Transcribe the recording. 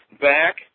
back